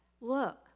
look